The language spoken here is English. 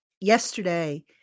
yesterday